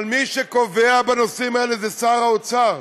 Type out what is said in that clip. אבל מי שקובע בנושאים האלה זה שר האוצר.